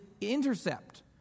intercept